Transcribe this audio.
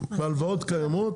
בהלוואות קיימות.